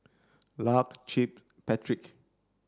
Lark Chip Patrick